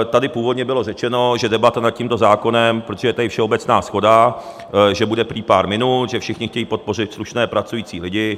Tady původně bylo řečeno, že debata nad tímto zákonem, protože je tady všeobecná shoda, bude prý pár minut, že všichni chtějí podpořit slušné pracující lidi.